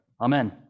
Amen